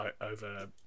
over